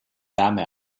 wärme